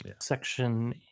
Section